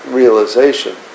realization